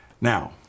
Now